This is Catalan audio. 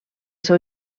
seu